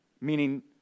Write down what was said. Meaning